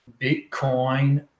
Bitcoin